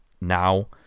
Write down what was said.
now